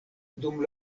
dum